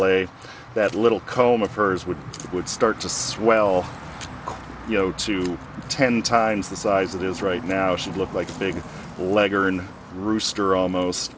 way that little comb of hers would it would start to swell you know to ten times the size it is right now she looked like a big leg or in rooster almost